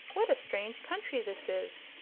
what a strange country this is.